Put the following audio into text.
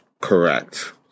correct